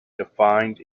defined